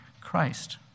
Christ